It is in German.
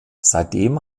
seitdem